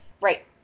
Right